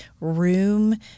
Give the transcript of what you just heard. room